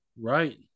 Right